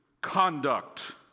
conduct